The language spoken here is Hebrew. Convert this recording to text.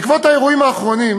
בעקבות האירועים האחרונים